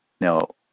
Now